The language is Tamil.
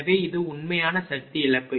எனவே இது உண்மையான சக்தி இழப்பு